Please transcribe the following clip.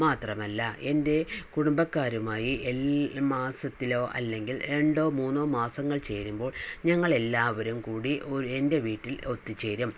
മാത്രമല്ല എൻ്റെ കുടുംബക്കാരുമായി എൽ മാസത്തിലോ അല്ലെങ്കിൽ രണ്ടോ മൂന്നോ മാസങ്ങൾ ചേരുമ്പോൾ ഞങ്ങൾ എല്ലാവരും കൂടി ഒര് എൻ്റെ വീട്ടിൽ ഒത്ത് ചേരും